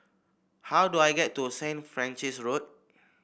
how do I get to St Francis Road